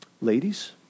Ladies